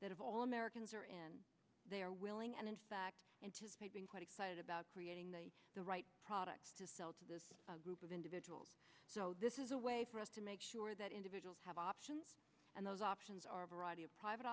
that of all americans are in they are willing and in fact anticipating quite excited about creating the the right products to sell to this group of individuals so this is a way for us to make sure that individuals have options and those options are a variety of private